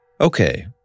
Okay